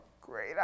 Great